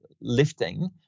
lifting